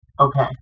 Okay